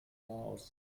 laos